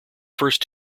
first